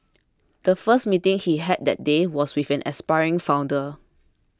the first meeting he had that day was with an aspiring founder